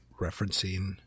referencing